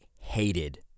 hated